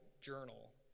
journal